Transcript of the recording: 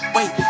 Wait